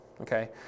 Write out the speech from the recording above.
okay